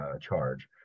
charge